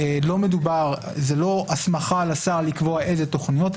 לא מדובר על הסמכה לשר לקבוע איזה תוכניות,